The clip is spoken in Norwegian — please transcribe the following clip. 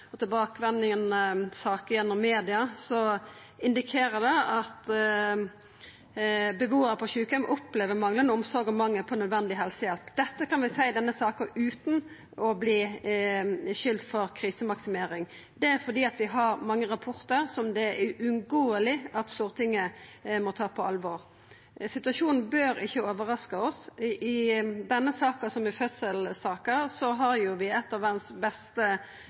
på nødvendig helsehjelp. Dette kan vi seia i denne saka utan å verta skulda for krisemaksimering, fordi vi har mange rapportar som det er uunngåeleg for Stortinget å ta på alvor. Situasjonen bør ikkje overraska oss. I denne saka, som i fødselssaka, har vi eit av verdas beste